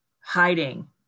hiding